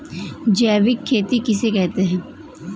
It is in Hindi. जैविक खेती किसे कहते हैं?